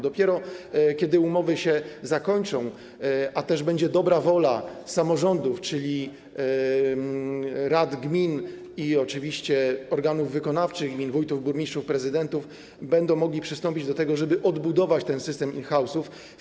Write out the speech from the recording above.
Dopiero kiedy umowy się zakończą, a też będzie dobra wola samorządów, czyli rad gmin, i oczywiście organów wykonawczych gmin: wójtów, burmistrzów, prezydentów, będzie można przystąpić do tego, żeby odbudować ten system in-house.